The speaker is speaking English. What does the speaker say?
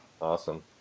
Awesome